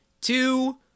two